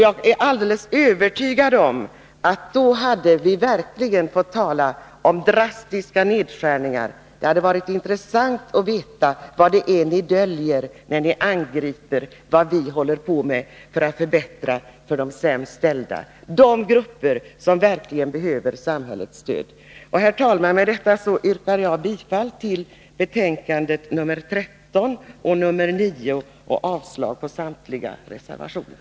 Jag är alldeles övertygad om att vi då verkligen hade fått tala om drastiska nedskärningar. Det hade varit intressant att veta vad det är ni döljer när ni angriper vad vi håller på med för att förbättra för de sämst ställda, för de grupper som verkligen behöver samhällets stöd. Herr talman! Med detta yrkar jag bifall till vad som hemställs i socialförsäkringsutskottets betänkanden 9 och 13 och avslag på samtliga reservationer.